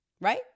right